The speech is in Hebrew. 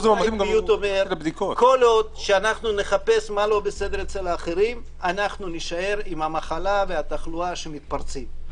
כל עוד שנחפש מה לא בסדר אצל האחרים אנחנו נישאר עם תחלואה מתפרצת.